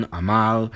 amal